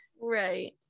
right